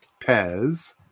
Pez